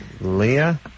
leah